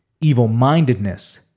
evil-mindedness